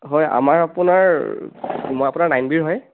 হয় আমাৰ আপোনাৰ মই আপোনাৰ নাইন বিৰ হয়